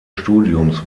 studiums